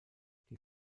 die